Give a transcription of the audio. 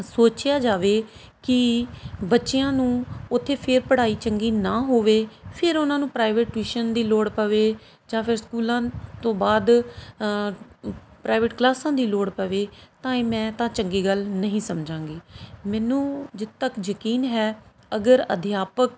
ਸੋਚਿਆ ਜਾਵੇ ਕਿ ਬੱਚਿਆਂ ਨੂੰ ਉੱਥੇ ਫੇਰ ਪੜ੍ਹਾਈ ਚੰਗੀ ਨਾ ਹੋਵੇ ਫੇਰ ਉਨ੍ਹਾਂ ਨੂੰ ਪ੍ਰਾਈਵੇਟ ਟਿਊਸ਼ਨ ਦੀ ਲੋੜ ਪਵੇ ਜਾਂ ਫੇਰ ਸਕੂਲਾਂ ਤੋਂ ਬਾਅਦ ਪ੍ਰਾਈਵੇਟ ਕਲਾਸਾਂ ਦੀ ਲੋੜ ਪਵੇ ਤਾਂ ਇਹ ਮੈਂ ਤਾਂ ਚੰਗੀ ਗੱਲ ਨਹੀਂ ਸਮਝਾਂਗੀ ਮੈਨੂੰ ਜਿੱਥੇ ਤੱਕ ਯਕੀਨ ਹੈ ਅਗਰ ਅਧਿਆਪਕ